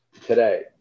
today